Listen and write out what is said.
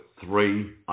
three